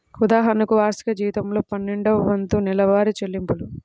ఉదాహరణకు, వార్షిక జీతంలో పన్నెండవ వంతు నెలవారీ చెల్లింపులు